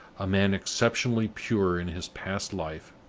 a man exceptionally pure in his past life,